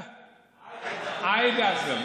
עאידה.